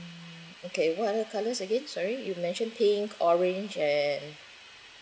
mm okay what other colours again sorry you mentioned pink orange and